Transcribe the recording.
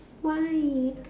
why